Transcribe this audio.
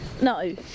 No